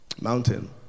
mountain